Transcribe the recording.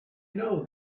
know